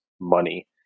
money